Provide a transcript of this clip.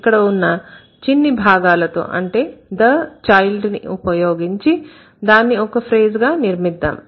ఇక్కడ ఉన్న చిన్ని భాగాలతో అంటే the child ని ఉపయోగించి దాన్ని ఒక ఫ్రేజ్ గా నిర్మిద్దాం